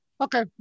okay